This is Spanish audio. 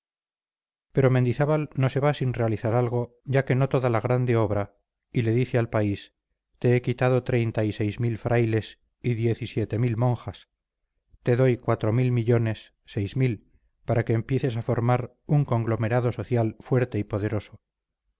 pero mendizábal no se va sin realizar algo ya que no toda la grande obra y le dice al país te he quitado treinta y seis mil frailes y diez y siete mil monjas te doy cuatro mil millones seis mil para que empieces a formar un conglomerado social fuerte y poderoso